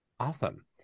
Awesome